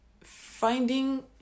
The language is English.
finding